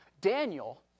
Daniel